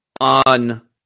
on